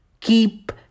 keep